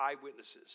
eyewitnesses